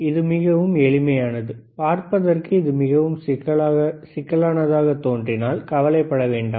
இது மிகவும் எளிதானது பார்ப்பதற்கு இது மிகவும் சிக்கலானதாக தோன்றினால் கவலைப்பட வேண்டாம்